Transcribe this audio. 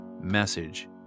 message